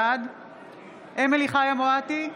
בעד אמילי חיה מואטי,